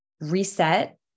reset